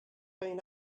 been